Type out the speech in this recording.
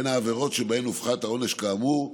בין העבירות שבהן הופחת העונש כאמור,